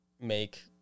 make